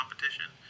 competition